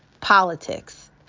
politics